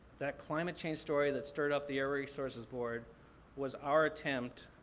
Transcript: that climate change story that stirred up the air resources board was our attempt